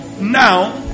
now